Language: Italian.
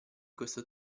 questo